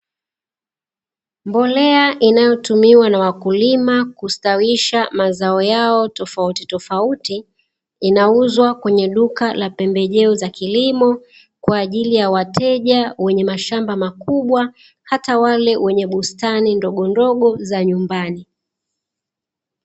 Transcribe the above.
Mbolea inayotumiwa na wakulima kustawisha mazao yao tofautitofauti, inauzwa kwenye duka la pembejeo za kilimo, kwa ajili ya wateja wenye mashamba makubwa, hata wale wenye bustani ndogondogo za nyumbani.